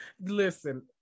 Listen